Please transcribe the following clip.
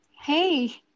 hey